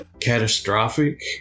catastrophic